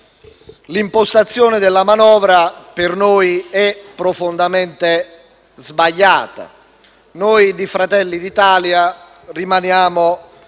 L'impostazione della manovra per noi è profondamente sbagliata. Noi di Fratelli d'Italia rimaniamo